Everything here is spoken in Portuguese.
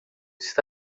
está